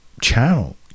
channel